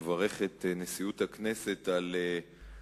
אני מברך את נשיאות הכנסת על נדיבותה,